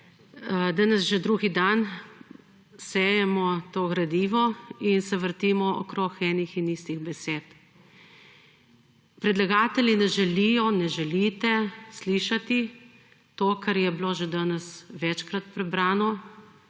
Danes že drugi dan sejemo to gradivo in se vrtimo okoli enih in istih besed. Predlagatelji ne želijo, ne želite slišati to, kar je bilo že danes večkrat prebrano,